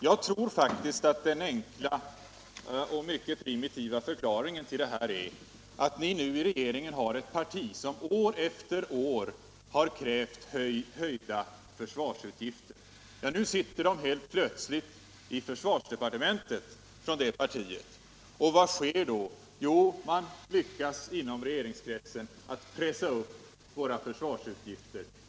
Jag tror faktiskt att den enkla och primitiva förklaringen till detta är att ni nu i regeringen har ett parti som år efter år krävt höjda försvarsutgifter. Nu sitter representanter för det partiet helt plötsligt i försvarsdepartementet. Vad sker då? Jo, man lyckas i regeringskretsen pressa upp våra försvarsutgifter.